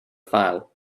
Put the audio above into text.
file